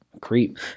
creep